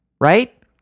right